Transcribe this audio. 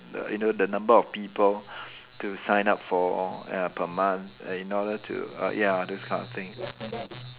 the you know the number of people to sign up for ya per month in order to err ya those kind of thing mm